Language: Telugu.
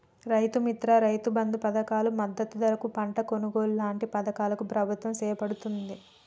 రైతు మిత్ర, రైతు బంధు పధకాలు, మద్దతు ధరకు పంట కొనుగోలు లాంటి పధకాలను ప్రభుత్వం చేపడుతాంది